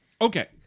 Okay